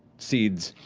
seeds.